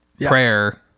prayer